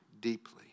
deeply